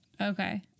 Okay